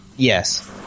Yes